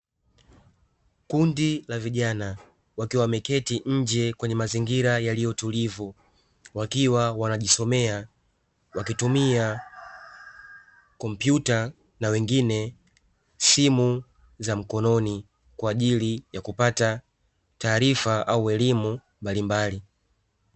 Kundi la vijana, wakiwa wameketi nje kwenye mazingira yaliyo tulivu, wakiwa wanajisomea wakitumia kompyuta na wengine simu za mkononi kwa ajili ya kupata taarifa au elimu mbalimbali.